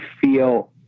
feel